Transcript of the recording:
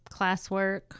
classwork